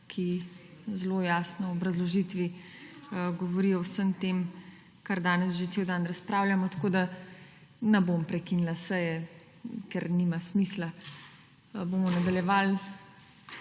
ki zelo jasno v obrazložitvi govori o vsem tem, kar danes že cel dan razpravljamo. Tako, da ne bom prekinila seje, ker nima smisla. Bomo nadaljevali